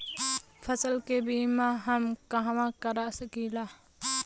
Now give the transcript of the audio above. फसल के बिमा हम कहवा करा सकीला?